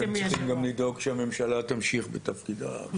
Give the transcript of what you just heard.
אתם צריכים גם לדאוג שהממשלה תמשיך בתפקידה.